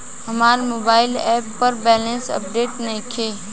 हमार mobile app पर balance update नइखे